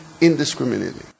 indiscriminately